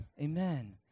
amen